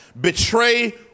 Betray